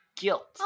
guilt